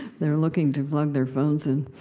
they were looking to plug their phones in.